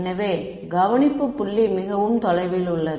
எனவே கவனிப்பு புள்ளி மிகவும் தொலைவில் உள்ளது